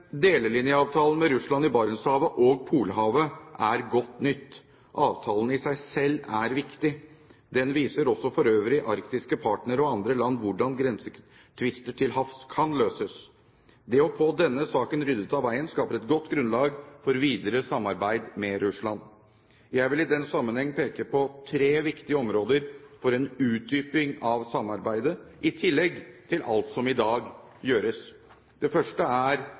Delelinjeavtalen med Russland i Barentshavet og Polhavet er godt nytt. Avtalen i seg selv er viktig. Den viser også for øvrig arktiske partnere og andre land hvordan grensetvister til havs kan løses. Det å få denne saken ryddet av veien skaper et godt grunnlag for videre samarbeid med Russland. Jeg vil i den sammenheng peke på tre viktige områder for en utdyping av samarbeidet, i tillegg til alt som gjøres i dag. Det første er